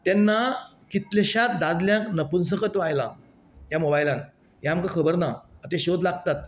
तेन्ना कितल्याश्याच दादल्याक नपुसकत्व आयलां ह्या मोबायलान हे आमकां खबर ना आता शोध लागतात